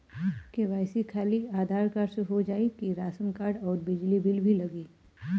KYC खाली Aadhaar card से हो जाए कि राशन कार्ड अउर बिजली बिल भी लगी?